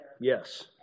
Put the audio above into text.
Yes